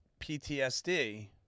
PTSD